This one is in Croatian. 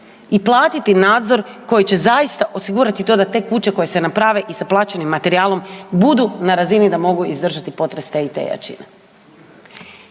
i platiti nadzor koji će zaista osigurati to da te kuće koje se naprave i sa plaćenim materijalom budu na razini da mogu izdržati potres te i te jačine.